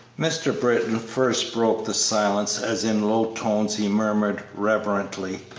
mr. britton first broke the silence, as in low tones he murmured, reverently